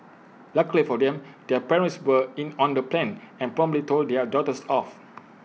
luckily for them their parents were in on the plan and promptly told their daughters off